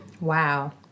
Wow